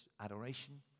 adoration